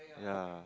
ya